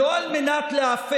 עם אנשים שנמצאים במקום הזה.